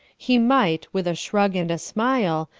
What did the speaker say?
he might, with a shrug and a smile,